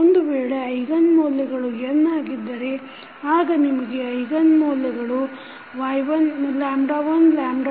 ಒಂದು ವೇಳೆ ಐಗನ್ ಮೌಲ್ಯಗಳು n ಆಗಿದ್ದರೆ ಆಗ ನಿಮಗೆ ಐಗನ್ ಮೌಲ್ಯಗಳು 12